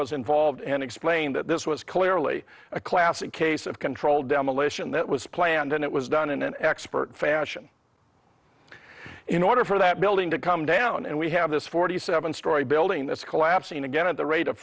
was involved and explain that this was clearly a classic case of controlled demolition that was planned and it was done in an expert fashion in order for that building to come down and we have this forty seven story building that's collapsing again at the rate of